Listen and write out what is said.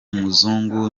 muzungu